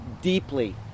deeply